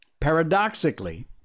Paradoxically